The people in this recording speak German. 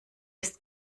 ist